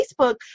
facebook